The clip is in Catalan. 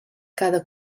cada